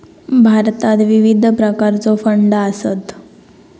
भारतात विविध प्रकारचो फंड आसत